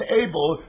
able